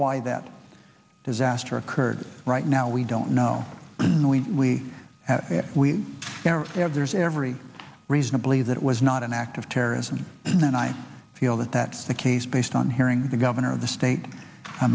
why that disaster occurred right now we don't know and we have we have there's every reason to believe that it was not an act of terrorism and that i feel that that's the case based on hearing the governor of the state